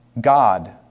God